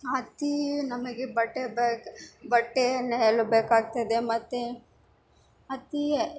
ಹತ್ತಿ ನಮಗೆ ಬಟ್ಟೆ ಬೇಕು ಬಟ್ಟೆ ನೇಯಲು ಬೇಕಾಗ್ತದೆ ಮತ್ತು ಅತೀ